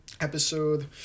episode